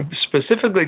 specifically